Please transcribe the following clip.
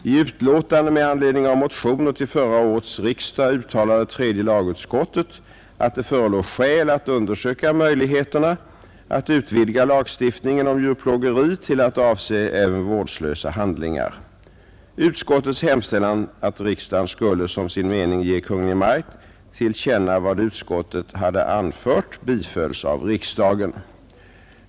I utlåtande med anledning av motioner till förra årets riksdag uttalade tredje lagutskottet, att det förelåg skäl att undersöka möjligheterna att utvidga lagstiftningen om djurplågeri till att avse även vårdslösa handlingar. Utskottets hemställan att riksdagen skulle som sin mening ge Kungl. Maj:t till känna vad utskottet hade anfört bifölls av riksdagen.